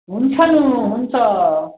हुन्छ नु हुन्छ